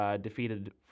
defeated